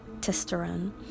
testosterone